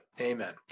Amen